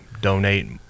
donate